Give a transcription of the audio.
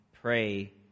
pray